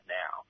now